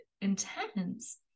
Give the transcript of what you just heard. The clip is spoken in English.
intense